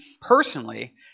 personally